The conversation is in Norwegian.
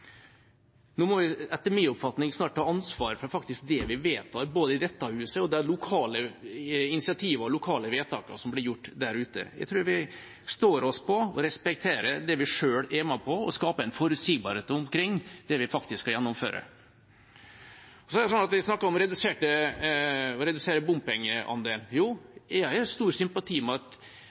Nå må vi etter min oppfatning snart ta ansvar for det vi vedtar i dette huset, og de lokale initiativene og lokale vedtakene som blir gjort der ute. Jeg tror vi står oss på å respektere det vi selv er med på, og skape en forutsigbarhet omkring det vi skal gjennomføre. En snakker om å redusere bompengeandelen. Jo, jeg har også stor sympati for at